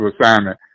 assignment